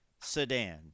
sedan